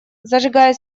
зажигая